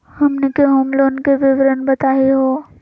हमनी के home loan के विवरण बताही हो?